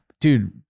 Dude